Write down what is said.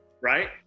Right